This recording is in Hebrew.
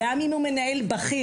גם אם הוא מנהל בכיר,